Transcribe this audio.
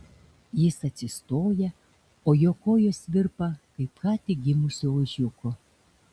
jis atsistoja o jo kojos virpa kaip ką tik gimusio ožiuko